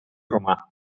romà